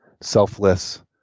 selfless